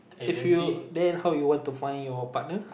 if you then how you want to find your partner